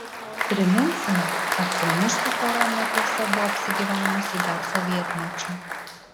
priminsime kad kauniškių pora mekiuose buvo apsigyvenusi dar sovietmečiu